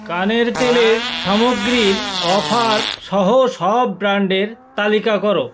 কানের তেলের সামগ্রীর অফার সহ সব ব্র্যান্ডের তালিকা করো